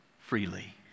freely